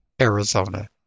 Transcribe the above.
Arizona